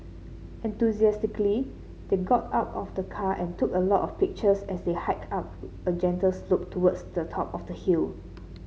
enthusiastically they got out of the car and took a lot of pictures as they hiked up a gentle slope towards the top of the hill